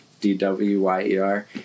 d-w-y-e-r